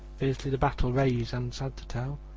fiercely the battle raged and, sad to tell,